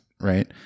right